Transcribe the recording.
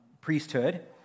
priesthood